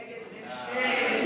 נגד ממשלת ישראל, ממשלת ישראל.